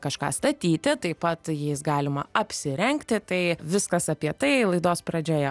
kažką statyti taip pat jais galima apsirengti tai viskas apie tai laidos pradžioje